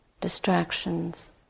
distractions